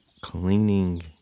Cleaning